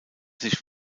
sich